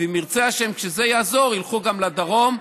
ואם ירצה השם, כשזה יעזור, ילכו גם לדרום.